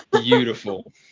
Beautiful